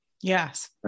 Yes